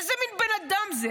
איזה מין בן אדם זה?